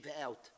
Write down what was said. out